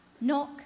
knock